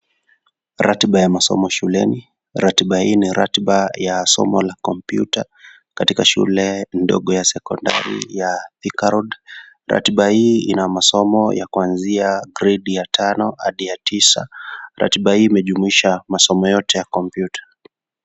Ratiba ya masomo shuleni. Ratiba hii ni ratiba ya somo la kompyuta katika shule ndogo ya sekondari ya Thika Road .Ratiba hii ina masomo ya kuanzia grade ya tano hadi ya tisa. Ratiba hii imejumuisha masomo yote ya kompyuta.